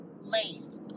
lanes